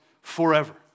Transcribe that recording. forever